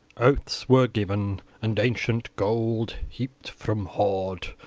oaths were given, and ancient gold heaped from hoard.